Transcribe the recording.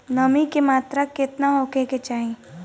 नमी के मात्रा केतना होखे के चाही?